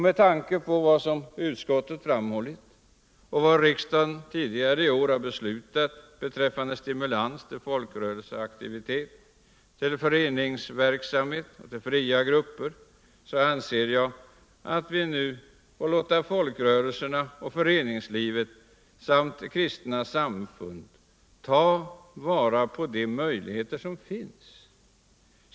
Med tanke på vad utskottet framhållit och vad riksdagen tidigare i år har beslutat beträffande stimulansåtgärder till folkrörelseaktivitet, föreningsverksamhet och till fria grupper anser jag att vi nu får låta folkrörelserna och föreningslivet samt de kristna samfunden ta vara på de möjligheter som finns.